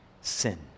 sin